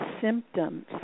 symptoms